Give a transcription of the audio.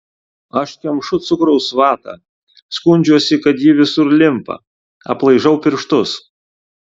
aš kemšu cukraus vatą skundžiuosi kad ji visur limpa aplaižau pirštus